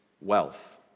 wealth